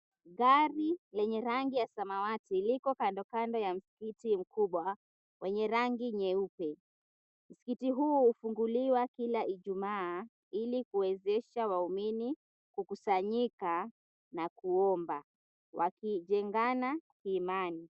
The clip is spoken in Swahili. Gari lenye rangi ya samawati, liko kando kando ya msikiti mkubwa, wenye rangi nyeupe. Msikiti huu hufunguliwa kila Ijumaa ili kuwezesha waumini kukusanyika na kuomba wakijengana kiimani.